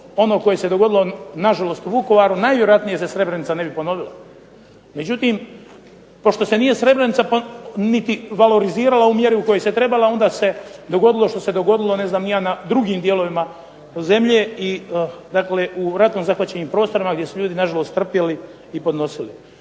ono koje se dogodilo na žalost u Vukovaru najvjerojatnije se Srebrenica ne bi ponovila. Međutim, pošto se Srebrenica niti varolizirala u mjeri u kojoj se trebala, onda se dogodilo ono što se dogodilo na drugim dijelovima zemlje i u ratu zahvaćenim prostorima gdje su ljudi nažalost trpjeli i podnosili.